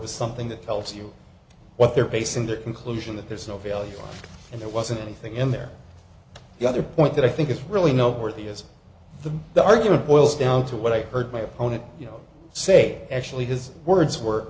with something that tells you what they're basing the conclusion that there's no value and there wasn't anything in there the other point that i think it's really not worth the is the the argument boils down to what i heard my opponent you know say actually his words were